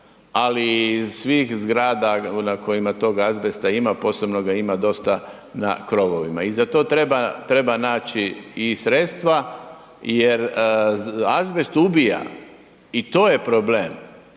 i iz svih zgrada na kojima tog azbesta ima, posebno ga ima dosta na krovovima i za to treba naći i sredstva jer azbest ubija i to je problem